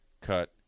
cut